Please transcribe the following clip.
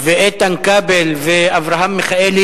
הרווחה והבריאות נתקבלה.